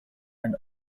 and